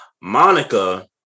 Monica